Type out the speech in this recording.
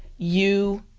you